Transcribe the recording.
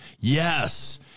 Yes